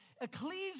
Ecclesia